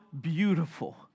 beautiful